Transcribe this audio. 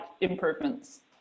improvements